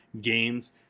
games